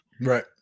Right